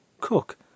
Cook